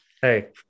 Hey